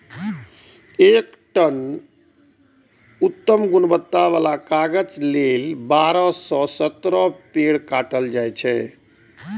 एक टन उत्तम गुणवत्ता बला कागज लेल बारह सं सत्रह पेड़ काटल जाइ छै